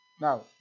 Now